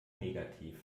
negativ